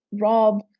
rob